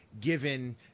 given